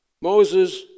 Moses